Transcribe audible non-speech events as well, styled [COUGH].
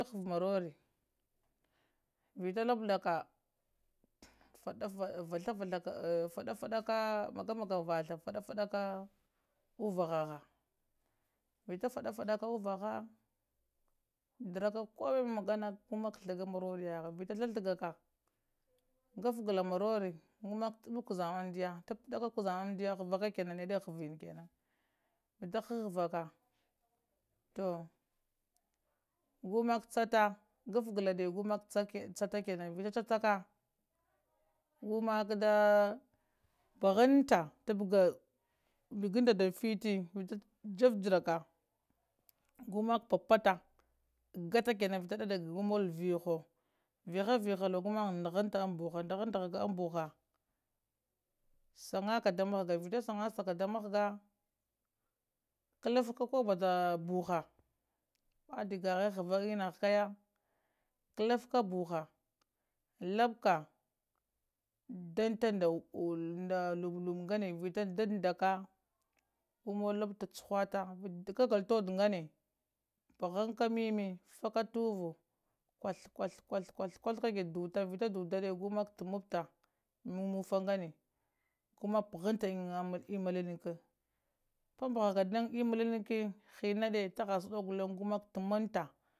Ta haval marori vita lablaka fada [HESITATION] fadaka magamaga vatha fada faka uvahaha vita fada faka uvaha vudaraka makka koh magana makka maroriyaha vita thathagaka gaffgala marori guma ka taptada ka ta ku zama amdniya vita taptaka kuzama amdiya havaka nde havani kenan vita harhava ka toh gumka datta gaffgalade gumak chatta kenan vita chacaka gumaka da bahamta tabbga nda fiti vita jaɓaraka gumak papata daƙƙata kenan gumull vihowo, viɦapulhalowo gumak pahanta an buɦa, dahan dahalowo an buha shanka da mahagga vita shangasank da mahagga kalafka koh batta buha badde kaheh hava tinaha ƙaya kalfka buha lapka dakka nda lublubi kogane vita dandaka gumollowo lapta chuhatta kagolo wo toɗɗ nganede mbahanta anmimi fafka ta uvu kuth kuth kuth kagede dutta vita dudade gumak tambta an emini tah nganede gumaƙ pahanta an emi liniki pappahaka da emmi liniki hinade tahasa doko gumak tampta